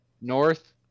North